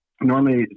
normally